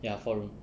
ya four room